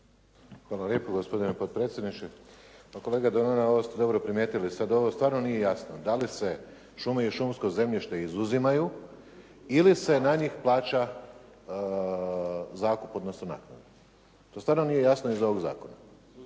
Hvala lijepo gospodine potpredsjedniče. Pa kolega … /Govornik se ne razumije./ … primijetili sada ovo stvarno nije jasno dali se šume i šumsko zemljište izuzimaju ili se na njih plaća zakup, odnosno naknada. To stvarno nije jasno iz ovog zakona.